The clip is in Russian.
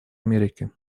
америки